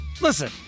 Listen